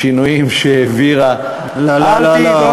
השינויים שהעבירה, חברה?